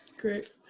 Great